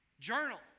Journal